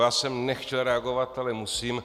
Já jsem nechtěl reagovat, ale musím.